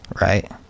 right